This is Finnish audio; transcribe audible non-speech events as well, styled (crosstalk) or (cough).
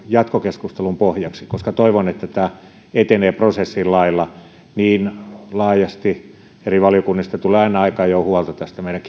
jatkokeskustelun pohjaksi toivon että tämä etenee prosessin lailla niin laajasti eri valiokunnista tulee aina aika ajoin huolta tästä meidän (unintelligible)